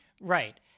Right